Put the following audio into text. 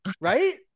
Right